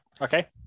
okay